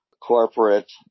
corporate